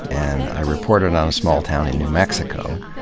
and i reported on a small town in new mexico,